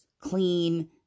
clean